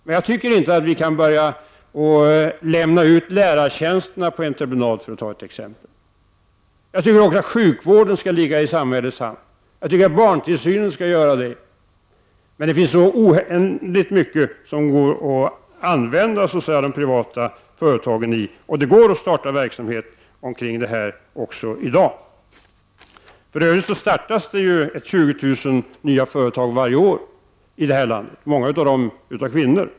Men jag tycker inte att vi kan börja lägga ut lärartjänsterna på entreprenad, för att nämna ett exempel. Jag tycker att också sjukvården och barntillsynen skall ligga i samhällets tjänst. Men det finns oändligt mycket att använda de privata företagen till, och det går att starta sådan verksamhet i dag. Varje år startas 20 000 nya företag i det här landet, många av dem av kvinnor.